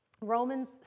Romans